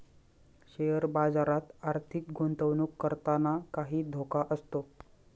share बाजारात आर्थिक गुंतवणूक करताना काही धोका असतो